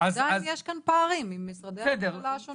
יש כאן פערים עם משרדי הממשלה השונים.